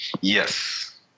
Yes